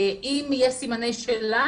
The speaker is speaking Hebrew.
אם יש סימני שאלה,